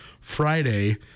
Friday